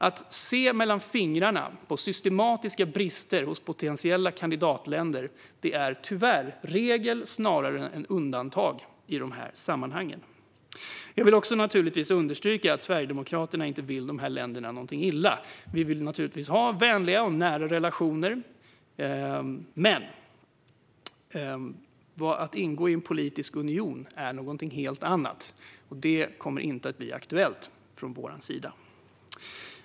Att se mellan fingrarna på systematiska brister hos potentiella kandidatländer är tyvärr regel snarare än undantag i dessa sammanhang. Jag vill också naturligtvis understryka att Sverigedemokraterna inte vill dessa länder något illa. Vi vill såklart ha vänliga och nära relationer med dem. Men att ingå i en politisk union är någonting helt annat. Det kommer inte att bli aktuellt från vår sida.